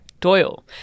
Doyle